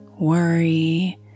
worry